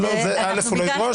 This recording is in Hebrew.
א', הוא לא ידרוש.